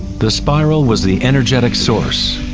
the spiral was the energetic source,